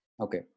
Okay